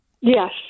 yes